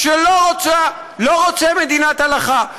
שלא רוצה מדינת הלכה,